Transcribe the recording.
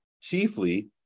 chiefly